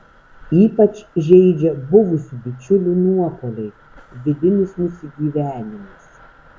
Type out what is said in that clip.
ypač žeidžia buvusių bičiulių nuopuoliai vidinis nusigyvenimas